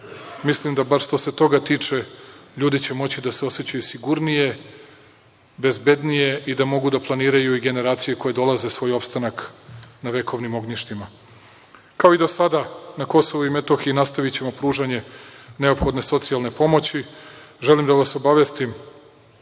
mislim da bar što se toga tiče ljudi će moći da se osećaju sigurnije, bezbednije i da mogu da planiraju i generacije koje dolaze svoj opstanak na vekovnim ognjištima. Kao i do sada, na Kosovu i Metohiji nastavićemo pružanje neophodne socijalne pomoći. Želim da vas obavestim